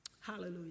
Hallelujah